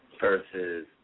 Versus